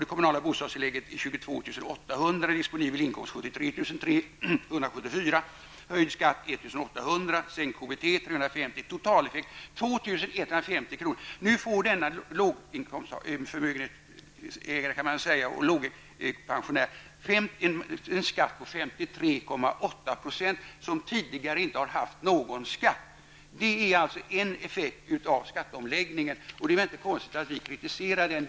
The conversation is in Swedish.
Det kommunala bostadstillägget är 22 800 kr., och den disponibla inkomsten 73 334 kr. kr., vilket ger en totaleffekt på 2 150 kr. Nu får denna pensionär med låg folkpension och förmögenhet som tidigare inte haft någon skatt en ''skatt'' på 53,8 %. Det är en effekt av skatteomläggningen. Det är väl då inte konstigt att vi kritiserar den.